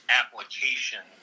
application